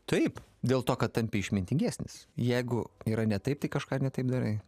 taip dėl to kad tampi išmintingesnis jeigu yra ne taip tai kažką ne taip darai